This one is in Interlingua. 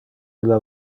illa